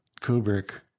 Kubrick